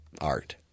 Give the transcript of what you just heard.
art